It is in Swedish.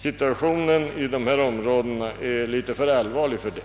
Situationen i dessa områden är litet för allvarlig för det.